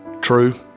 true